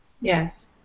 Yes